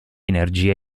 energia